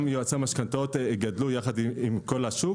גם יועצי משכנתאות גדלו עם כל השוק